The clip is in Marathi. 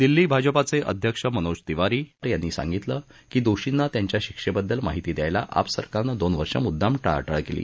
दिल्ली भाजपाचे अध्यक्ष मनोज तिवारी यांनी सांगितलं की दोषींना त्यांच्या शिक्षेबद्दल माहिती द्यायला आप सरकारनं दोन वर्ष मुद्दाम टाळाटाळ केली